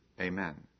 Amen